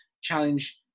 challenge